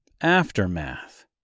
Aftermath